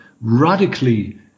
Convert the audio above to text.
radically